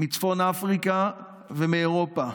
מצפון אפריקה ומאירופה,